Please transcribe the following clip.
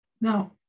Now